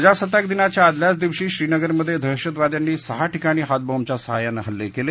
प्रजासत्ताक दिनाच्या आदल्याच दिवशी श्रीनगरमध्ये दहशतवाद्यांनी सहा ठिकाणी हातबॉम्बच्या सहाय्यानं हल्ले केले